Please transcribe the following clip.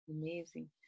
amazing